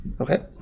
Okay